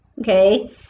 okay